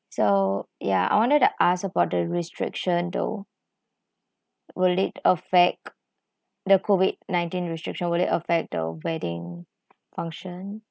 so ya I wanted to ask about the restriction though will it affect the COVID nineteen restriction will it affect the wedding function